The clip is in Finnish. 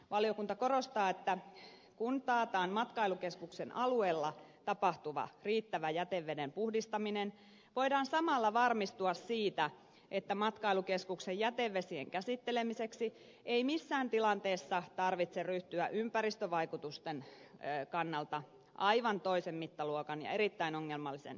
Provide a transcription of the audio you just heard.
valiokunta korostaa että kun taataan matkailukeskuksen alueella tapahtuva riittävä jäteveden puhdistaminen voidaan samalla varmistua siitä että matkailukeskuksen jätevesien käsittelemiseksi ei missään tilanteessa tarvitse ryhtyä ympäristövaikutusten kannalta aivan toisen mittaluokan ja erittäin ongelmallisen siirtoviemärin rakentamiseen